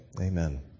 Amen